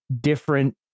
different